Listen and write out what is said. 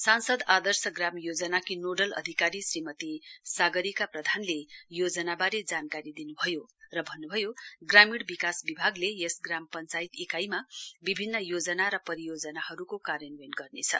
संसद आदर्श ग्राम योजनाकी नोडल अधिकारी श्रीमती सागरिका प्रधानले योजनाबारे जानकारी दिनुभयो र भन्नुभयो ग्रामीण विकास विभागले यस ग्राम पञ्चायत इकाइमा विभिन्न योजना र परियोजनाहरूको कार्यान्वयन गर्नेछ